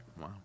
Wow